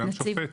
גם שופט.